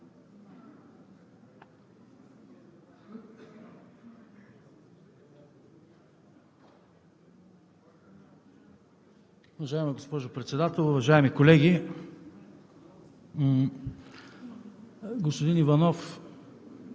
Уважаема госпожо Председател, уважаеми колеги! Господин Иванов,